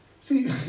see